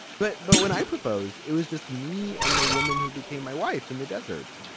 but but when i propose it was just me and the woman who became my wife in the desert.